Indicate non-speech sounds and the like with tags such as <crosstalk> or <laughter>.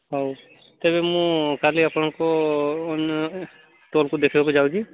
ହଉ ତେବେ ମୁଁ କାଲି ଆପଣଙ୍କୁ <unintelligible> ସ୍ଟଲ୍କୁ ଦେଖିବାକୁ ଯାଉଛି